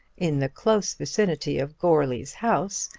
in the close vicinity of goarly's house,